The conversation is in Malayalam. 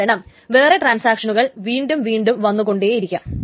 കാരണം വേറെ ട്രാൻസാക്ഷനുകൾ വീണ്ടും വീണ്ടും വന്നു കൊണ്ടിരിക്കാം